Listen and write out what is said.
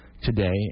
today